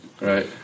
Right